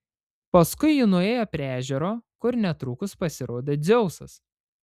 paskui ji nuėjo prie ežero kur netrukus pasirodė dzeusas